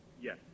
Yes